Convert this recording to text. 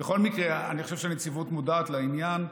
בכל מקרה, אני חושב שהנציבות מודעת לעניין.